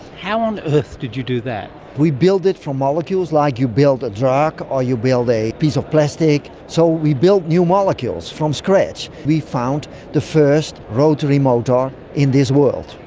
how on earth did you do that? we built it from molecules like you build a drug or you build a piece of plastic, so we built new molecules from scratch. we found the first rotary motor in this world.